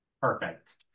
Perfect